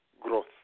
growth